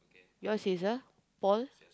yours is a paul